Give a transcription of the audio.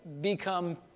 become